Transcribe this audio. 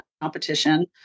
competition